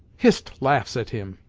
hist laughs at him!